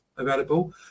Available